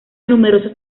numerosos